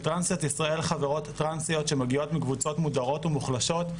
בטרנסיות ישראל חברות טרנסיות שמגיעות מקבוצות מודרות ומוחלשות,